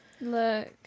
Look